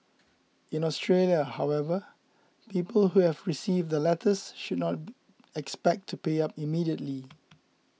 in Australia however people who have received the letters should not expect to pay up immediately